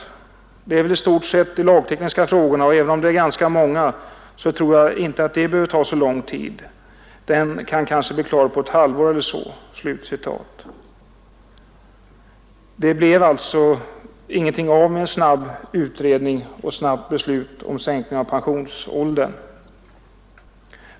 Det är väl i stort sett de lagtekniska frågorna, och även om de är ganska många, tror jag inte att en sådan utredning behöver ta så lång tid — den kanske kan bli klar på ett halvår eller så.” Det blev alltså ingenting av med en snabb utredning och ett snabbt beslut om sänkning av pensionsåldern.